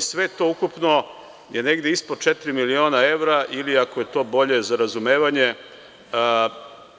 Sve to ukupno je negde ispod četiri miliona evra ili ako je bolje za razumevanje,